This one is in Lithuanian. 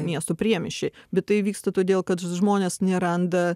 miestų priemiesčiai bet tai vyksta todėl kad žmonės neranda